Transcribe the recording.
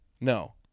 no